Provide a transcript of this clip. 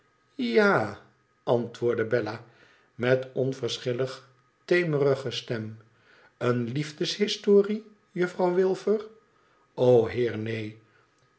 a antwoordde bella met onverschillig temerige stem een liefdeshistorie juffrouw wilfer heer neen